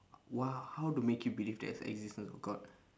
!wah! how to make you believe there is existence of god